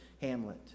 Hamlet